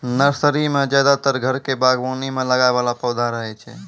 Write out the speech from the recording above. nursery मॅ ज्यादातर घर के बागवानी मॅ लगाय वाला पौधा रहै छै